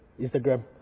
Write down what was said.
Instagram